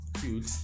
Cute